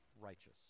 righteous